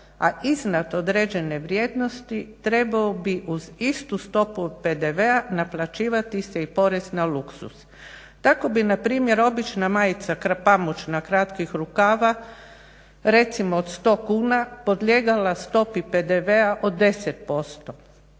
a iznad određene vrijednosti trebao bi uz istu stopu PDV-a naplaćivati se i porez na luksuz. Tako bi npr. obična majica, pamučna, kratkih rukava recimo od 100 kuna podlijegala stopi PDV-a od 10%,